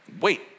Wait